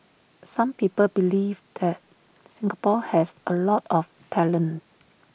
some people believe that Singapore has A lot of talent